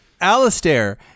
Alistair